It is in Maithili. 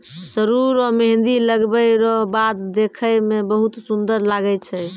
सरु रो मेंहदी लगबै रो बाद देखै मे बहुत सुन्दर लागै छै